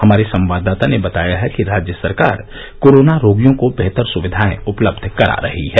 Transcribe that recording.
हमारे संवाददाता ने बताया है कि राज्य सरकार कोरोना रोगियों को बेहतर सुविधाएं उपलब्ध करा रही है